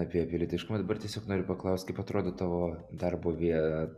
apie pilietiškumą dabar tiesiog noriu paklaust kaip atrodo tavo darbo vie